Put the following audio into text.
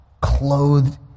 clothed